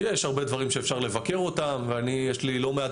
יש הרבה דברים שאפשר לבקר אותם ויש לי לא מעט